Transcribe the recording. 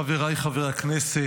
חבריי חברי הכנסת,